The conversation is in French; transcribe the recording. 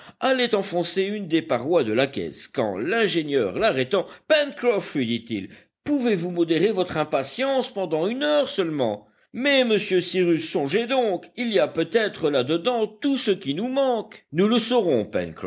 allait enfoncer une des parois de la caisse quand l'ingénieur l'arrêtant pencroff lui dit-il pouvez-vous modérer votre impatience pendant une heure seulement mais monsieur cyrus songez donc il y a peut-être là-dedans tout ce qui nous manque nous le saurons